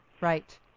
Right